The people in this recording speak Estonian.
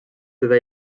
teda